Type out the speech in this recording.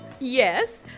Yes